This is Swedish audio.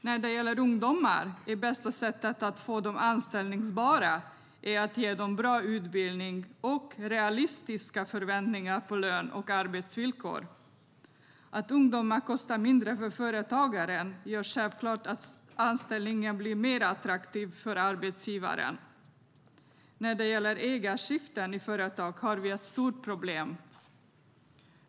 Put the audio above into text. När det gäller ungdomar är bästa sättet att få dem anställbara att ge dem bra utbildning och realistiska förväntningar på lön och arbetsvillkor. Att ungdomar kostar mindre för företagaren gör självklart att anställningen blir mer attraktiv för arbetsgivaren. När det gäller ägarskiften i företag har vi ett stort problem.